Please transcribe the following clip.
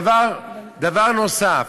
דבר נוסף,